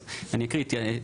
אז אני אקרא את ההתייחסות.